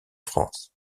france